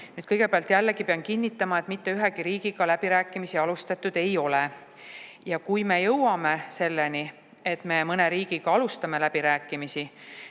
Kõigepealt jällegi pean kinnitama, et mitte ühegi riigiga läbirääkimisi alustatud ei ole. Ja kui me jõuame selleni, et me mõne riigiga alustame läbirääkimisi,